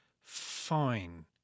fine